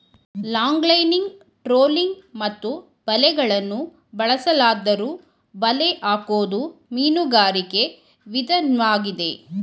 longlining trolling ಮತ್ತು ಬಲೆಗಳನ್ನು ಬಳಸಲಾದ್ದರೂ ಬಲೆ ಹಾಕೋದು ಮೀನುಗಾರಿಕೆ ವಿದನ್ವಾಗಿದೆ